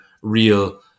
real